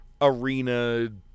arena